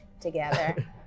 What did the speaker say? together